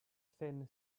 thin